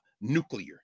nuclear